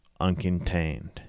uncontained